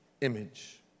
image